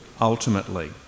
ultimately